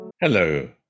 Hello